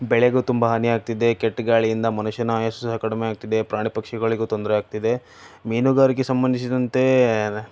ಬೆಳೆಗೂ ತುಂಬ ಹಾನಿಯಾಗ್ತಿದೆ ಕೆಟ್ಟ ಗಾಳಿಯಿಂದ ಮನುಷ್ಯನ ಆಯಸ್ಸು ಸಹ ಕಡಿಮೆಯಾಗ್ತಿದೆ ಪ್ರಾಣಿ ಪಕ್ಷಿಗಳಿಗೂ ತೊಂದರೆಯಾಗ್ತಿದೆ ಮೀನುಗಾರಿಕೆ ಸಂಬಂಧಿಸಿದಂತೆ